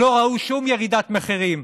לא ראו שום ירידת מחירים.